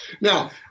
Now